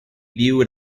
viewed